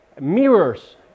mirrors